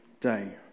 day